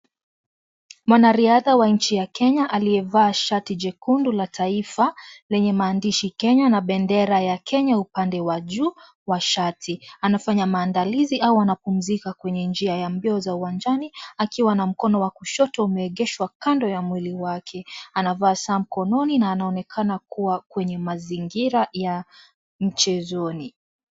Mwanariadha wa nchi ya Kenya aliyevaa shati jekundu la taifa, lenye maandishi Kenya na bendera ya Kenya upande wa juu wa shati. Anafanya maandalizi au anapumzika kwenye njia ya mbio za uwanjani, akiwa na mkono wa kushoto umeegeshwa kando ya mwili wake. Anavaa saa mkononi na anaonekana kuwa kwenye mazingira ya mchezoni.